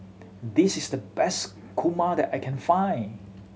this is the best kurma that I can find